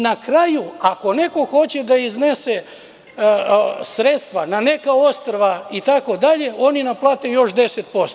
Na kraju, ako neko hoće da iznese sredstva na neka ostrva itd, oni naplate još 10%